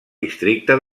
districte